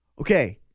Okay